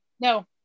No